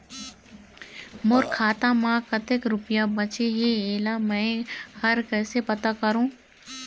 मोर खाता म कतक रुपया बांचे हे, इला मैं हर कैसे पता करों?